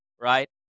right